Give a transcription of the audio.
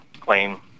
claim